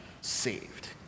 saved